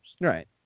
Right